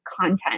content